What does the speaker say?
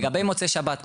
לגבי מוצאי שבת,